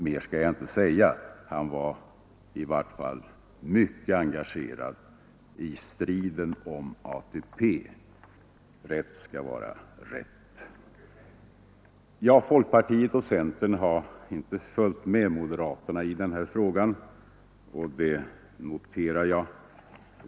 Mer skall jag inte säga. Han var mycket engagerad i striden om ATP. Rätt skall vara rätt. Folkpartiet och centern har inte följt med moderaterna i denna fråga, och det noterar jag.